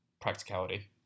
practicality